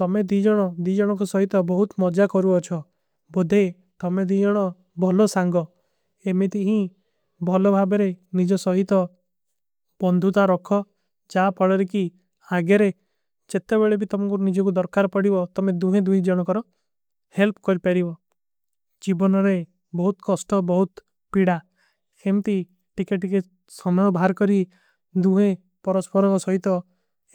ତମେଂ ଦୀଜଣୋଂ ଦୀଜଣୋଂ କୋ ସହୀତା ବହୁତ ମଜା କରୂଆ ଅଚ୍ଛୋ। ବୋଦେ ତମେଂ ଦୀଜଣୋଂ ବହଲୋ ସାଂଗୋ ଏମେଂତି ହୀ ବହଲୋ ଭାଵେରେ ନିଜୋ। ସହୀତା ପନ୍ଦୂତା ରଖୋ ଚା ପଡେରେ କୀ ଆଗେରେ ଚେତ୍ତେ ଵାଲେ ଭୀ ତମକୋ। ନିଜୋ କୋ ଦର୍ଖାର ପଡୀଵୋଂ ତମେଂ ଦୂହେ ଦୂହେ ଜଣୋଂ କରୋଂ ହେଲ୍ପ କର। ପୈରୀଵୋଂ ଜୀବନରେ ବହୁତ କସ୍ତା ବହୁତ ପିଡା ଏମେଂତି ଟିକେ ଟିକେ। ସମଯୋ ଭାର କରୀ ଦୂହେ ପରସ୍ଵାରୋଂ ସହୀତା